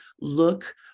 look